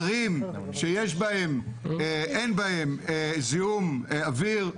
ערים שאין בהם זיהום אוויר,